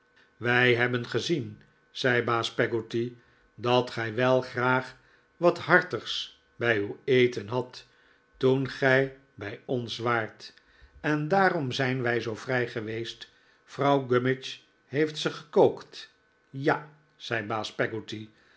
wij hebben gezien zei baas peggotty dat gij wel graag wat hartigs bij uw eten hadt toen gij bij ons waart en daarom zijn wij zoo vrij geweest vrouw gummidge heeft ze gekookt ja zei baas